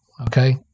okay